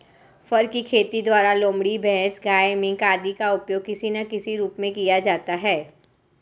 फर की खेती के द्वारा लोमड़ी, भैंस, गाय, मिंक आदि का उपयोग किसी ना किसी रूप में किया जाता है